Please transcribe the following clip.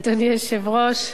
אדוני היושב-ראש,